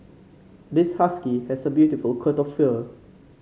this husky has a beautiful coat of fur